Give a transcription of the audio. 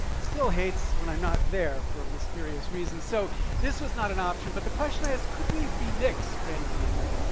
still hates when i'm not there for mysterious reasons, so this was not an option, but the question i asked, could we remix granny d a bit?